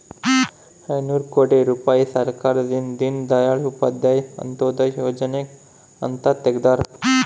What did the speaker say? ಐನೂರ ಕೋಟಿ ರುಪಾಯಿ ಸರ್ಕಾರದಿಂದ ದೀನ್ ದಯಾಳ್ ಉಪಾಧ್ಯಾಯ ಅಂತ್ಯೋದಯ ಯೋಜನೆಗೆ ಅಂತ ತೆಗ್ದಾರ